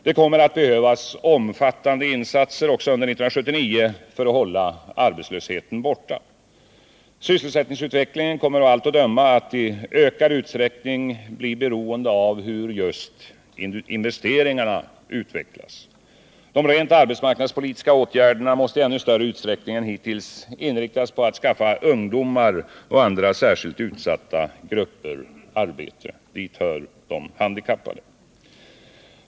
Det kommer att behövas omfattande insatser även under 1979 för att hålla arbetslösheten borta. Sysselsättningsutvecklingen kommer av allt att döma att i ökad utsträckning bli beroende av hur just investeringarna utvecklas. De rent arbetsmarknadspolitiska åtgärderna måste i ännu större utsträckning än hittills inriktas på att skaffa ungdomar och andra särskilt utsatta grupper arbeten. Till de grupperna hör de handikappade.